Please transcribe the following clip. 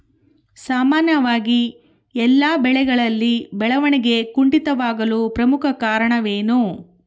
ಸಾಮಾನ್ಯವಾಗಿ ಎಲ್ಲ ಬೆಳೆಗಳಲ್ಲಿ ಬೆಳವಣಿಗೆ ಕುಂಠಿತವಾಗಲು ಪ್ರಮುಖ ಕಾರಣವೇನು?